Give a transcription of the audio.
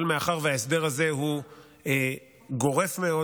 אבל מאחר שההסדר הזה הוא גורף מאוד